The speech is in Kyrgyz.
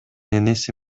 энеси